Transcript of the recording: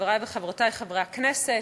חברי וחברותי חברי הכנסת,